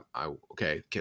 okay